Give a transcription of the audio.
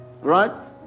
Right